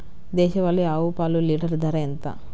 దేశవాలీ ఆవు పాలు లీటరు ధర ఎంత?